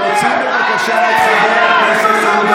להוציא בבקשה את חבר הכנסת עודה